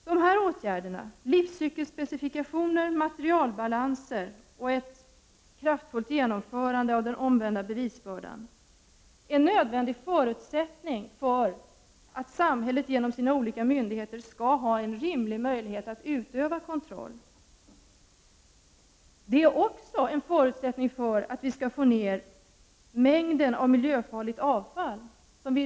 Dessa åtgärder, livscykelspecifikationer, materialbalanser och ett kraftfullt genomförande av den omvända bevisbördan, är en nödvändig förutsättning för att samhället genom sina olika myndigheter skall ha en rimlig möjlighet att utöva kontroll. Det är också en förutsättning för att mängden miljöfarligt avfall skall minska.